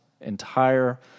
entire